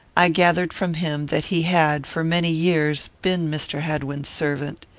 i gathered from him that he had, for many years, been mr. hadwin's servant.